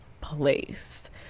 place